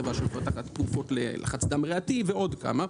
חברה שמפתחת תרופה ללחץ דם ריאתי ועוד כמה.